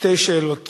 שתי שאלות